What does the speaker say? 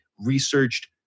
researched